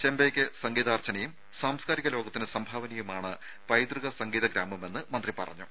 ചെമ്പൈക്ക് സംഗീതാർച്ചനയും സാംസ്കാരിക ലോകത്തിന് സംഭാവനയുമാണ് പൈതൃക സംഗീത ഗ്രാമമെന്ന് മന്ത്രി പറഞ്ഞു